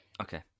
Okay